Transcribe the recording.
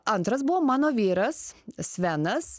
antras buvo mano vyras svenas